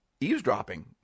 eavesdropping